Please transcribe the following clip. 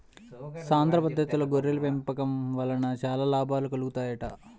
సాంద్ర పద్దతిలో గొర్రెల పెంపకం వలన చాలా లాభాలు కలుగుతాయంట